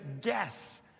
guess